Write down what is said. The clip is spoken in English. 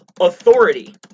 Authority